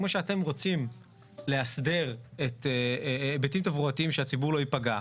כמו שאתם רוצים להסדר היבטים תברואתיים שהציבור לא ייפגע,